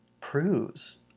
proves